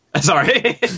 Sorry